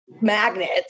magnets